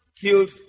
killed